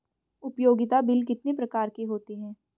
उपयोगिता बिल कितने प्रकार के होते हैं?